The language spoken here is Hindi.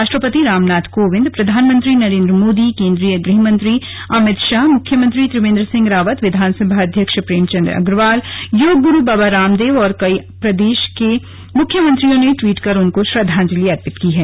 राष्ट्रपति रामनाथ कोविंद प्रधानमंत्री नरेंद्र मोदी केंद्रीय गृह मंत्री अमित शाह मुख्यमंत्री त्रिवेंद्र सिंह रावत विधानसभा अध्यक्ष प्रेमचंद अग्रवाल योग गुरु बाबा रामदेव और कई प्रदेशों के मुख्यमंत्रियों ने ट्वीट कर उनको श्रद्वांजलि दी है